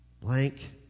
Blank